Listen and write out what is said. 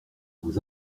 vos